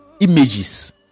images